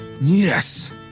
Yes